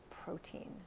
protein